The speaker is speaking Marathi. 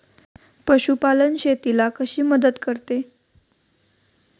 पशुपालन शेतीला कशी मदत करते?